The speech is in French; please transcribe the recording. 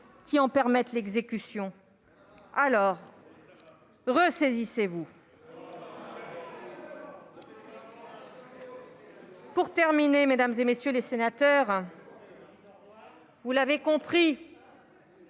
qui en permettent l'exécution. Alors, ressaisissez-vous. Ça suffit ! Mesdames, messieurs les sénateurs, vous l'avez compris,